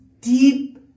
deep